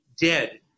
dead